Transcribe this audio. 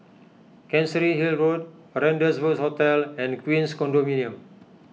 Chancery Hill Road Rendezvous Hotel and Queens Condominium